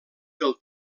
del